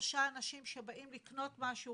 שלושה אנשים שבאים לקנות משהו